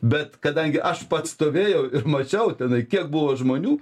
bet kadangi aš pats stovėjau ir mačiau tenai kiek buvo žmonių